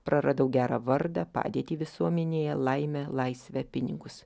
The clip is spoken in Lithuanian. praradau gerą vardą padėtį visuomenėje laimę laisvę pinigus